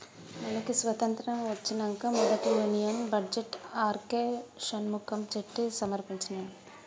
మనకి స్వతంత్రం ఒచ్చినంక మొదటి union budget R K Shanmukham Chetty సమర్పించినాడు